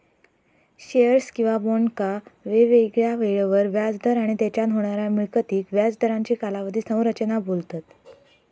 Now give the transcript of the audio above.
shares किंवा बॉन्डका वेगवेगळ्या येळेवर व्याज दर आणि तेच्यान होणाऱ्या मिळकतीक व्याज दरांची कालावधी संरचना बोलतत